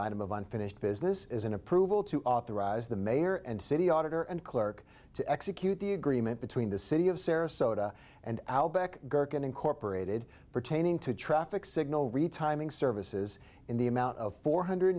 item of unfinished business is an approval to authorize the mayor and city auditor and clerk to execute the agreement between the city of sarasota and outback gerken incorporated pertaining to traffic signal retiming services in the amount of four hundred